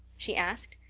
she asked.